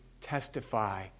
testify